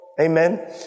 Amen